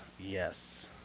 Yes